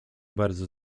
bardzo